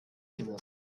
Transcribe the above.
gemessen